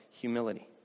humility